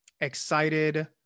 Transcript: excited